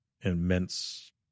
immense